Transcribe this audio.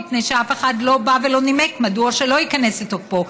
מפני שאף אחד לא בא ולא נימק מדוע לא ייכנס לתוקפו,